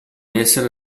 essere